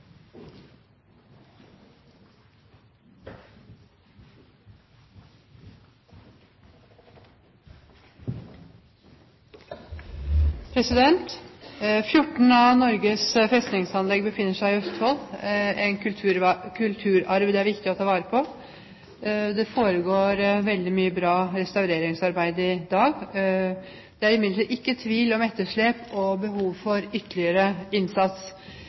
av Norges festningsanlegg befinner seg i Østfold, en kulturarv det er viktig å ta vare på. Det foregår mye godt restaureringsarbeid i dag. Det er imidlertid ikke tvil om etterslep og behov for ytterligere innsats.